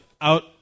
out